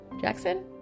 Jackson